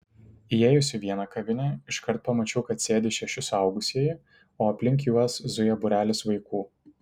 įėjus į vieną kavinę iškart pamačiau kad sėdi šeši suaugusieji o aplink juos zuja būrelis vaikų